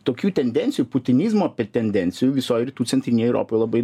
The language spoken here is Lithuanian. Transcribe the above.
tokių tendencijų putinizmo tendencijų visoj rytų centrinėj europoj labai